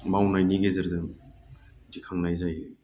मावनायनि गेजेरजों दिखांनाय जायो